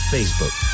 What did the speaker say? Facebook